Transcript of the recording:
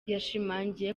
yashimangiye